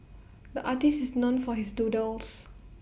the artist is known for his doodles